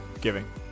giving